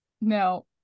Now